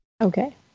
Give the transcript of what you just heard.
Okay